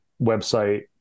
website